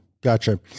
gotcha